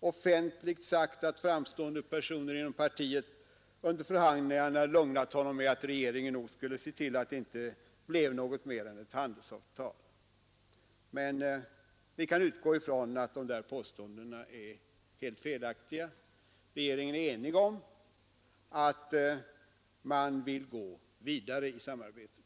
offentligt sagt att framstående personer inom partiet under förhandlingarna lugnat honom med att regeringen nog skulle se till att det inte blev något mer än ett handelsavtal. Men vi kan utgå från att dessa påståenden är helt felaktiga. Regeringen är enig om att man vill gå vidare i samarbetet.